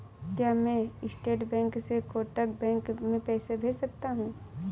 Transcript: क्या मैं state bank से कोटक बैंक में पैसे भेज सकता हूँ?